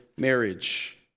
marriage